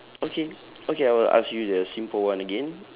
okay okay I will ask you the simple one again